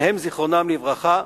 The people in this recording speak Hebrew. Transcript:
שניהם זיכרונם לברכה,